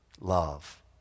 love